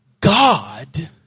God